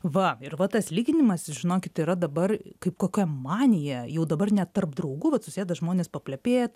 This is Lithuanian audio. va ir va tas lyginimasis žinokit yra dabar kaip kokia manija jau dabar net tarp draugų vat susėda žmonės paplepėt